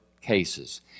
cases